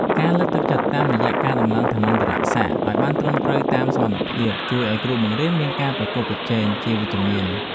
ការលើកទឹកចិត្តតាមរយៈការដំឡើងឋានន្តរស័ក្តិឱ្យបានត្រឹមត្រូវតាមសមត្ថភាពជួយឱ្យគ្រូបង្រៀនមានការប្រកួតប្រជែងជាវិជ្ជមាន។